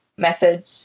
Methods